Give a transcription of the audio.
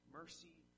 mercy